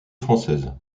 française